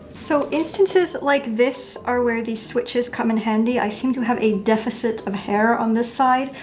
so instances like this are where the switches come in handy. i seem to have a deficit of hair on this side,